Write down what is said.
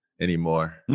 anymore